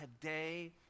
today